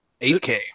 8K